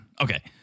Okay